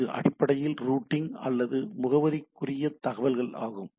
இது அடிப்படையில் ரூட்டிங் அல்லது முகவரிக்குரிய தகவல்கள் ஆகும்